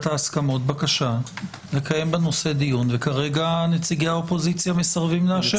ההסכמות לקיים דיון בנושא וכרגע נציגי האופוזיציה מסרבים לאשר.